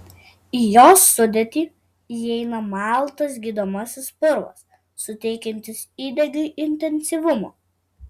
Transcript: į jos sudėtį įeina maltas gydomasis purvas suteikiantis įdegiui intensyvumo